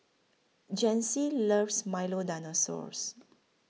Janyce loves Milo Dinosaur